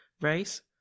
race